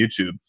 YouTube